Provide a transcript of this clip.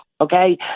okay